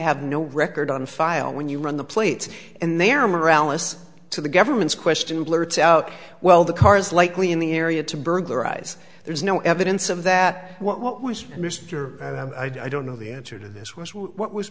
have no record on file when you run the plates and their morale us to the government's question blurts out well the car is likely in the area to burglarize there's no evidence of that what was mr i don't know the answer to this was what was